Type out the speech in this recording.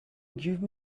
give